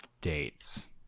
dates